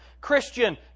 Christian